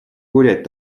гулять